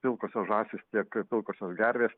pilkosios žąsys tiek pilkosios gervės